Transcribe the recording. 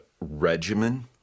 regimen